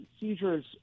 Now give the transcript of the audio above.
seizures